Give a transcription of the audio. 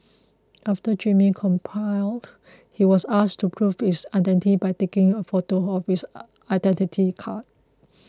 after Jimmy complied he was asked to prove his identity by taking a photo of his Identity Card